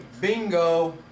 Bingo